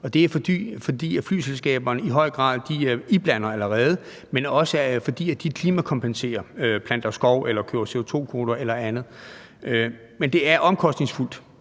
Og det er, fordi flyselskaberne i høj grad allerede iblander, men det er også, fordi de klimakompenserer. De planter skov eller køber CO2-kvoter eller andet. Men det er omkostningsfuldt.